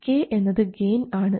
k എന്നത് gain ആണ്